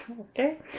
Okay